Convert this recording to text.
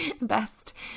best